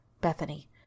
Bethany